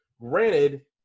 Granted